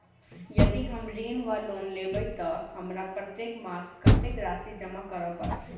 यदि हम ऋण वा लोन लेबै तऽ हमरा प्रत्येक मास कत्तेक राशि जमा करऽ पड़त?